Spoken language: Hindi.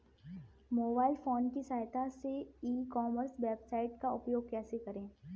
मोबाइल फोन की सहायता से ई कॉमर्स वेबसाइट का उपयोग कैसे करें?